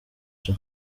cha